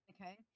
okay